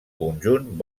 conjunt